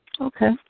Okay